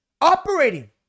operating